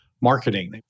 marketing